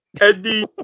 Eddie